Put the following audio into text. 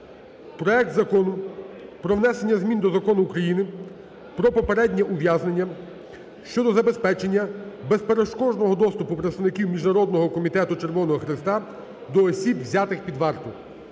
проект Закону про внесення змін до Закону України "Про попереднє ув'язнення" щодо забезпечення безперешкодного доступу представників Міжнародного Комітету Червоного Хреста до осіб, взятих під варту